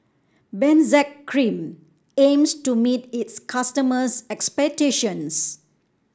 Benzac Cream aims to meet its customers' expectations